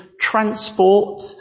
transport